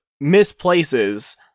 misplaces